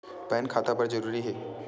Pan खाता बर जरूरी हे?